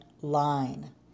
line